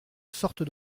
sortent